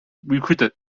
recruited